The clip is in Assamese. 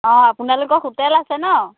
অঁ আপোনালোকৰ হোটেল আছে ন